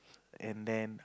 and then